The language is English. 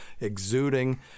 exuding